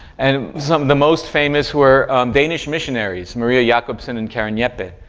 and some of the most famous were danish missionaries, maria yeah jacobsen and karen jeppe,